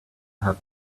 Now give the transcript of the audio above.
have